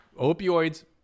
Opioids